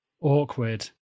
awkward